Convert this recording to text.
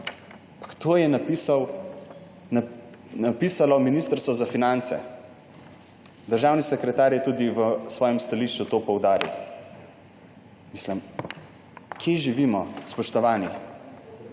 to je napisalo Ministrstvo za finance. Državni sekretar je tudi v svojem stališču to poudaril. Kje živimo, spoštovani?